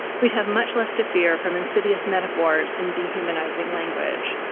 we'd have much less to fear from insidious metaphors and dehumanizing language.